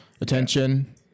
Attention